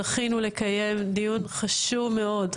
זכינו לקיים דיון חשוב מאוד,